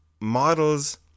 models